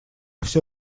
все